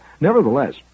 nevertheless